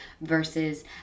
versus